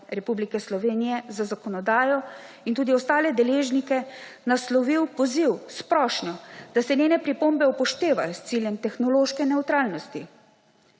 Republike Slovenije za zakonodajo in tudi na ostale deležnike naslovil poziv s prošnjo, da se njegove pripombe upoštevajo s ciljem tehnološke nevtralnosti.